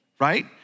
right